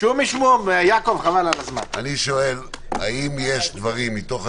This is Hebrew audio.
האם יש דברים שאתם יכולים לתת להם מחשבה נוספת?